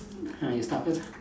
ah you start first